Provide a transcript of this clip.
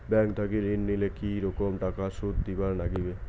Bank থাকি ঋণ নিলে কি রকম টাকা সুদ দিবার নাগিবে?